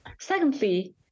Secondly